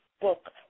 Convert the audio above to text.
book